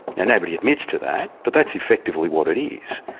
and nobody admits to that, but that's effectively what it is.